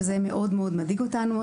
וזה מאוד מאוד מדאיג אותנו.